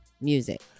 music